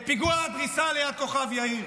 את פיגוע הדריסה ליד כוכב יאיר.